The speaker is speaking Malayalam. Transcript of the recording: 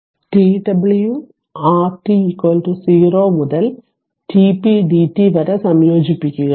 ഇപ്പോൾ t W R t 0 മുതൽ t p dt വരെ സംയോജിപ്പിക്കുക